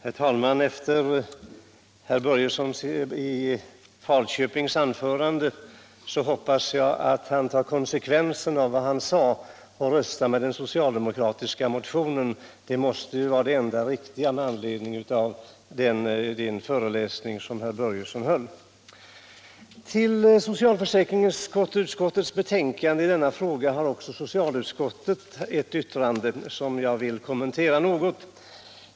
Herr talman! Efter anförandet av herr Börjesson i Falköping hoppas jag att han tar konsekvenserna av vad han sade och röstar med den socialdemokratiska motionen. Det måste vara det enda riktiga med anledning av den föreläsning herr Börjesson höll. Till socialförsäkringsutskottets betänkande i denna fråga har också socialutskottet ett yttrande, som jag vill kommentera något.